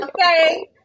Okay